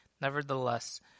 nevertheless